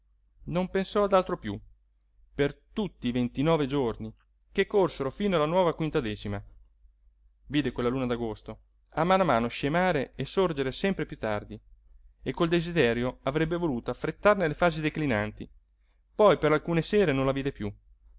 pensò ad altro piú per tutti i ventinove giorni che corsero fino alla nuova quintadecima vide quella luna d'agosto a mano a mano scemare e sorgere sempre piú tardi e col desiderio avrebbe voluto affrettarne le fasi declinanti poi per alcune sere non la vide piú